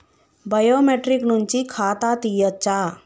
Biometric నుంచి ఖాతా తీయచ్చా?